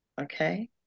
okay